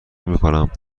میکنم